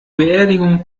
beerdigung